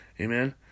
amen